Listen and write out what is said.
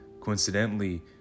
coincidentally